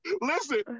listen